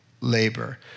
labor